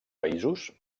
països